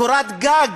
קורת גג,